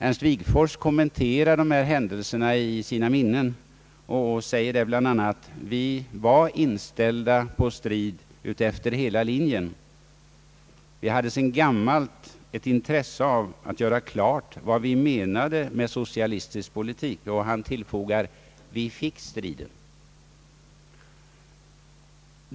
Ernst Wigforss kommenterar dessa händelser i sina Minnen och säger där bl.a.: Vi var inställda på strid över hela linjen. Vi hade sedan gammalt ett intresse av att göra klart vad vi menade med socialistisk politik. Och han tillfogar: Vi fick striden.